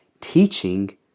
teaching